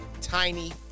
tiny